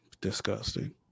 Disgusting